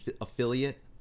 affiliate